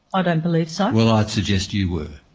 ah don't believe so. well, i'd suggest you were.